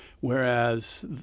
whereas